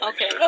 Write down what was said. Okay